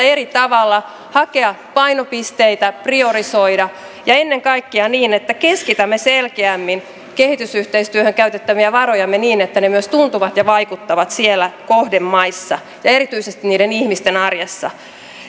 eri tavalla hakea painopisteitä priorisoida ja ennen kaikkea tehdä sitä niin että keskitämme selkeämmin kehitysyhteistyöhön käytettäviä varojamme niin että ne myös tuntuvat ja vaikuttavat siellä kohdemaissa ja erityisesti niiden ihmisten arjessa